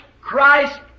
Christ